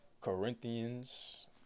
Corinthians